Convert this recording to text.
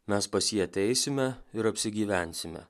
mes pas jį ateisime ir apsigyvensime